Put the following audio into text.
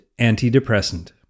antidepressant